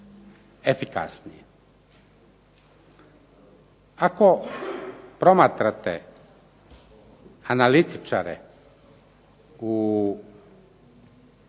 efikasni. Ako promatrate analitičare u bankama,